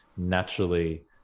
naturally